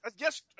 yes